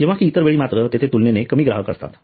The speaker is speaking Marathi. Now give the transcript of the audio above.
जेंव्हा कि इतर वेळी मात्र तेथे तुलनेने कमी ग्राहक असतात